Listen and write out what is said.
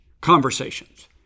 conversations